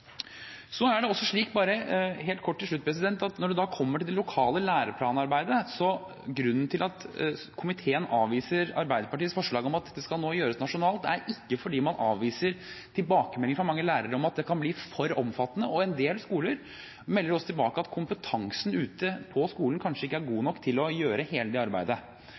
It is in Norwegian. Bare helt kort til slutt: Når det kommer til det lokale læreplanarbeidet, er ikke grunnen til at komiteen avviser Arbeiderpartiets forslag om at dette nå skal gjøres nasjonalt, at man avviser tilbakemelding fra mange lærere om at det kan bli for omfattende. En del skoler melder også tilbake at kompetansen ute i skolen kanskje ikke er god nok til å gjøre hele det arbeidet.